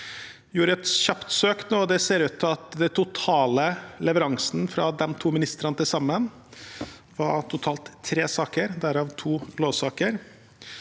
Jeg gjorde et kjapt søk nå, og det ser ut til at den totale leveransen fra de to ministrene til sammen var totalt tre saker, derav to lovsaker.